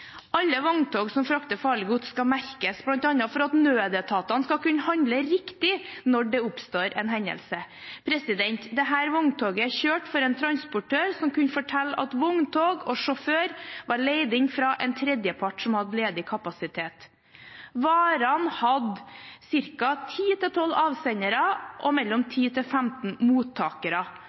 skal merkes, bl.a. for at nødetatene skal kunne handle riktig når det oppstår en hendelse. Dette vogntoget kjørte for en transportør som kunne fortelle at vogntog og sjåfør var leid inn fra en tredjepart som hadde ledig kapasitet. Varene hadde ti–tolv avsendere og mellom ti og femten mottakere.